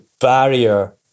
barrier